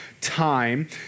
time